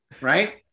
right